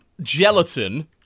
gelatin